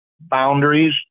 boundaries